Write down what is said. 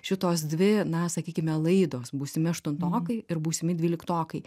šitos dvi na sakykime laidos būsimi aštuntokai ir būsimi dvyliktokai